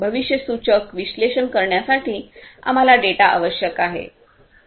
भविष्यसूचक विश्लेषण करण्यासाठी आम्हाला डेटा आवश्यक आहे